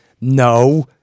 No